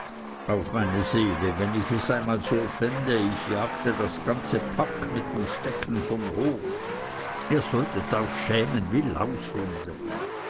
auf meine seele wenn ich es einmal so fände ich jagte das ganze pack mit dem stecken vom hof ihr solltet euch schämen wie